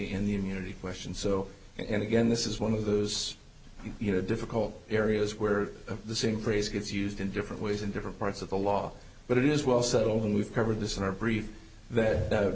in the unity question so and again this is one of those you know difficult areas where the same praise gets used in different ways in different parts of the law but it is well settled and we've covered this in our brief that th